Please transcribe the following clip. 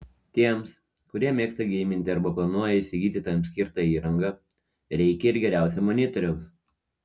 tiems kurie mėgsta geiminti arba planuoja įsigyti tam skirtą įrangą reikia ir geriausio monitoriaus